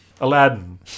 Aladdin